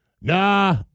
nah